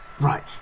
Right